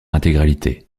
intégralité